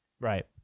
Right